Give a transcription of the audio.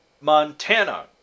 Montana